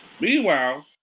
meanwhile